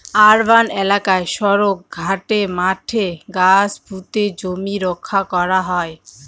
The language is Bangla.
আরবান এলাকায় সড়ক, ঘাটে, মাঠে গাছ পুঁতে জমি রক্ষা করা হয়